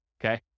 okay